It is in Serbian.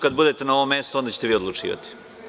Kada budete na ovom mestu onda ćete vi odlučivati.